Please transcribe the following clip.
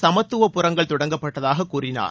சமத்துவபுரங்கள் தொடங்கப்பட்டதாக கூறினார்